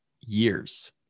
years